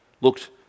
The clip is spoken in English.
looked